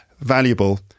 Valuable